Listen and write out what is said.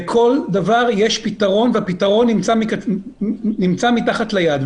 לכל דבר יש פתרון והפתרון נמצא מתחת ליד.